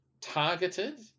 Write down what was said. targeted